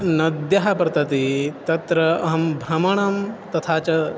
नद्यः प्रवहति तत्र अहं भ्रमणं तथा च